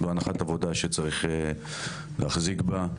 זו הנחת עבודה שצריך להחזיק בה,